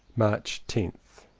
march tenth.